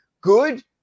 Good